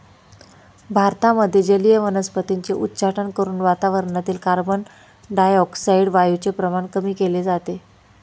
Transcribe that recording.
भारतामध्ये जलीय वनस्पतींचे उच्चाटन करून वातावरणातील कार्बनडाय ऑक्साईड वायूचे प्रमाण कमी केले जाते